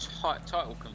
title